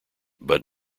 but